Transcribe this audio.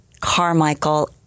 Carmichael